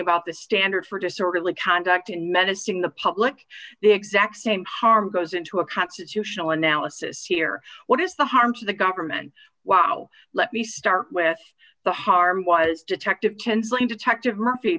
about the standard for disorderly conduct and menacing the public the exact same power goes into a constitutional analysis here what is the harm to the government wow let me start with the harm was detective confined detective murphy